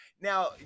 now